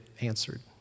answered